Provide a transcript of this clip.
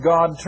God